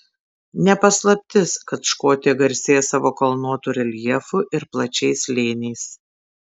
ne paslaptis kad škotija garsėja savo kalnuotu reljefu ir plačiais slėniais